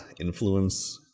influence